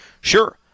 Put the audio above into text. Sure